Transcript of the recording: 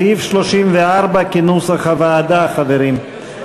סעיף 34 כנוסח הוועדה, חברים.